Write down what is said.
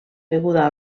beguda